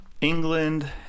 England